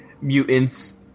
mutants